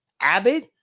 Abbott